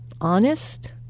Honest